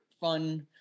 fun